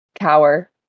cower